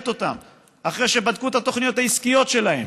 אותם אחרי שבדקו את התוכניות העסקיות שלהם,